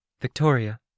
Victoria